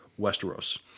Westeros